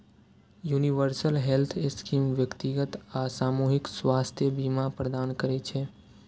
universal health scheme व्यक्तिगत आ सामूहिक स्वास्थ्य बीमा प्रदान करै छै